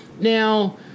now